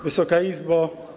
Wysoka Izbo!